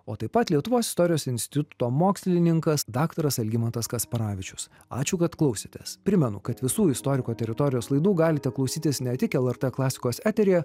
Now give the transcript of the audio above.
o taip pat lietuvos istorijos instituto mokslininkas daktaras algimantas kasparavičius ačiū kad klausėtės primenu kad visų istoriko teritorijos laidų galite klausytis ne tik lrt klasikos eteryje